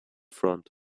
front